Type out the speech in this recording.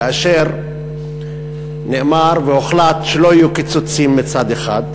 כאשר נאמר והוחלט שלא יהיו קיצוצים מצד אחד,